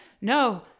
no